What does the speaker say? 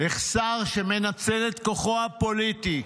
איך שר מנצל את כוחו הפוליטי,